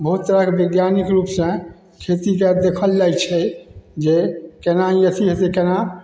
बहुत तरहके वैज्ञानिक रूपसँ खेतीके देखल जाइ छै जे कोना ई अथी हेतै कोना